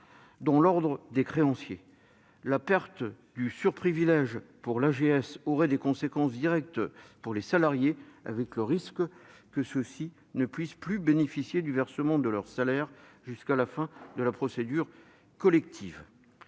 dans l'ordre des créanciers. La perte du surprivilège aurait des conséquences directes pour les salariés, ceux-ci étant menacés de ne plus bénéficier du versement de leur salaire jusqu'à la fin de la procédure collective.